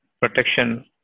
protection